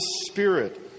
Spirit